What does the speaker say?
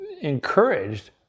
encouraged